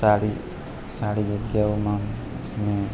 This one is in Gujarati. સારી સારી જગ્યાઓમાં હું